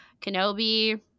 Kenobi –